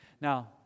Now